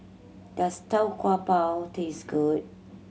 does Tau Kwa Pau taste good